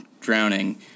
drowning